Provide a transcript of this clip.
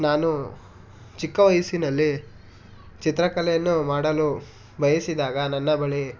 ನಾನು ಚಿಕ್ಕ ವಯಸ್ಸಿನಲ್ಲಿ ಚಿತ್ರಕಲೆಯನ್ನು ಮಾಡಲು ಬಯಸಿದಾಗ ನನ್ನ ಬಳಿ